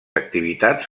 activitats